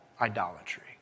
idolatry